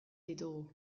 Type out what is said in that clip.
ditugu